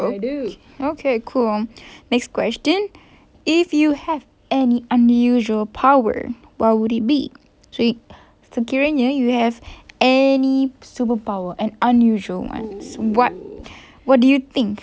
okay okay cool next question if you have any unusual power what would it be sekiranya you have any superpower an unusual one what what do you think